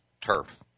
turf